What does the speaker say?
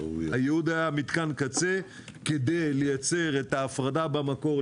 הייעוד היה מתקן קצה כדי לייצר את ההפרדה במקור,